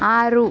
ಆರು